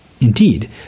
Indeed